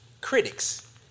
critics